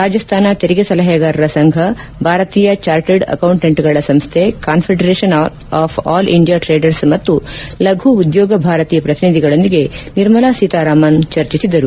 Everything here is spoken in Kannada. ರಾಜಸ್ತಾನ ತೆರಿಗೆ ಸಲಹೆಗಾರರ ಸಂಘ ಭಾರತೀಯ ಚಾರ್ಟೆಡ್ ಅಕೌಂಟೆಂಟ್ಗಳ ಸಂಸ್ನೆ confederation of all India traders ಮತ್ತು ಲಘು ಉದ್ಲೋಗ ಭಾರತಿ ಪ್ರತಿನಿಧಿಗಳೊಂದಿಗೆ ನಿರ್ಮಲಾ ಸೀತಾರಾಮನ್ ಚರ್ಚಿಸಿದರು